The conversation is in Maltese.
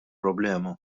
problema